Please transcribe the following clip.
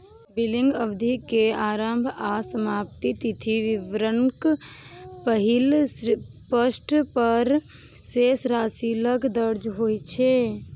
billing अवधि के आरंभ आ समाप्ति तिथि विवरणक पहिल पृष्ठ पर शेष राशि लग दर्ज होइ छै